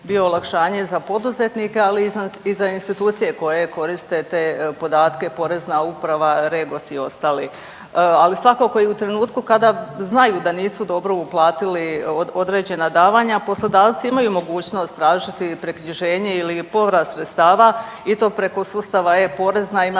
bio olakšanje za poduzetnike, ali i za institucije koje koriste te podatke porezna uprava, REGOS i ostali, ali svakako i u trenutku kada znaju da nisu dobro uplatiti određena davanja poslodavci imaju mogućnost tražiti preknjiženje ili povrat sredstava i to preko sustava e-porezna ima